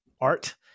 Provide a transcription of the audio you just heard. Art